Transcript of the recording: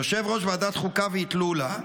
יושב- ראש ועדת חוקה ואטלולא,